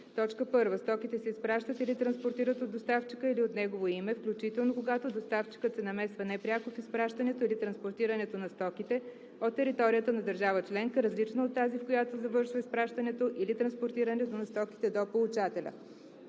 условия: 1. стоките се изпращат или транспортират от доставчика или от негово име, включително когато доставчикът се намесва непряко в изпращането или транспортирането на стоките от територията на държава членка, различна от тази, в която завършва изпращането или транспортирането на стоките до получателя;